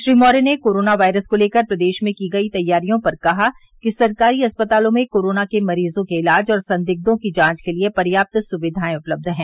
श्री मौर्य ने corona virus को लेकर प्रदेश में की गई तैयारियों पर कहा कि सरकारी अस्पतालों में कोरोना के मरीजों के इलाज और संदिग्यों की जांच के लिए पर्याप्त सुविधाएं उपलब्ध हैं